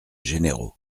généraux